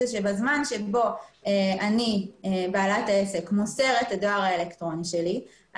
זה שבזמן שבו אני בעלת העסק מוסרת את הדואר האלקטרוני שלי,